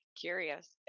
curious